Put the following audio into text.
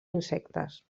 insectes